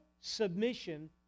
submission